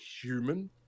human